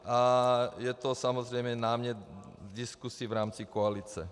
A je to samozřejmě námět k diskusi v rámci koalice.